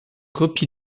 copie